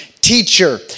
Teacher